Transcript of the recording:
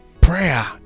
Prayer